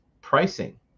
pricing